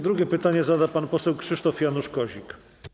Drugie pytanie zada pan poseł Krzysztof Janusz Kozik.